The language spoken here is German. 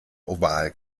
oval